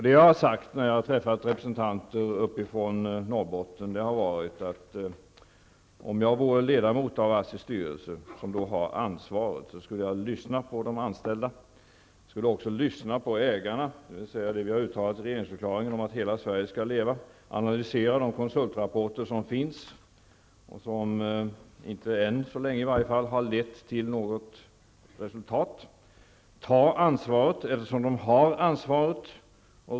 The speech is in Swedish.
Det jag har sagt när jag har träffat representanter från Norrbotten har varit, att om jag vore ledamot av ASSIs styrelse skulle jag lyssna på de anställda och på ägarna -- dvs. det vi har uttalat i regeringsförklaringen om att hela Sverige skall leva --, analysera de konsultrapporter som finns, men som än så länge inte har lett till något resultat, och ta ansvaret.